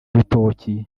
rutoki